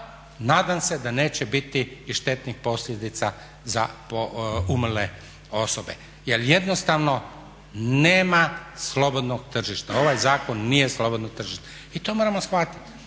nadam se da neće biti i štetnih posljedica za umrle osobe. Jer jednostavno nema slobodnog tržišta, ovaj zakon nije slobodno tržište i to moramo shvatiti.